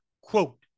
quote